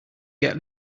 get